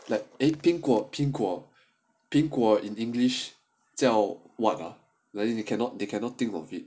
shit like eh 苹果苹果苹果 in english 叫 what ah then they cannot think of it